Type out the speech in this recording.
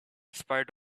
spite